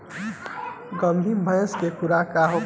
गाभिन भैंस के खुराक का होखे?